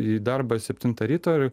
į darbą septintą ryto ir